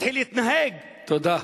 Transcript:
תתחיל להתנהג, תודה.